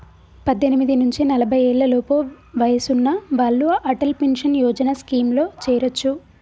పద్దెనిమిది నుంచి నలభై ఏళ్లలోపు వయసున్న వాళ్ళు అటల్ పెన్షన్ యోజన స్కీమ్లో చేరొచ్చు